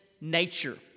nature